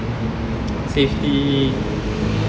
safety